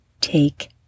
take